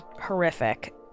horrific